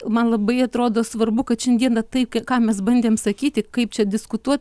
man labai atrodo svarbu kad šiandieną tai ką mes bandėm sakyti kaip čia diskutuot